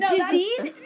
disease